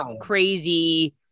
crazy